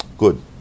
good